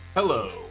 Hello